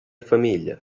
famiglia